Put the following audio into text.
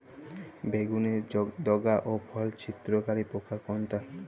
বেগুনের ডগা ও ফল ছিদ্রকারী পোকা কোনটা?